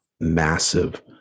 massive